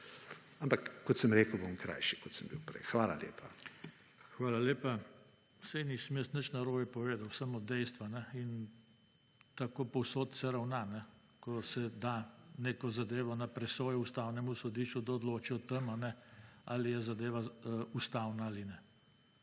Ampak, kot sem rekel, bom krajši, kot sem bil prej. Hvala lepa. PREDSEDNIK JOŽE TAKNO: Hvala lepa. Saj nisem jaz nič narobe povedal, samo dejstva. In tako povsod se ravna, ko se da neko zadevo na presojo Ustavnemu sodišču, kdo odloči o tem, ali je zadeva ustavna ali ne.